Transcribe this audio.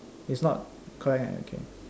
is not correct right okay